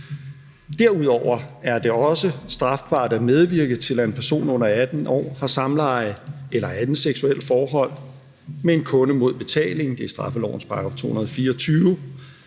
Derudover er det også strafbart at medvirke til, at en person under 18 år har samleje eller andet seksuelt forhold med en kunde mod betaling – det er straffelovens § 224.